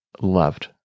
loved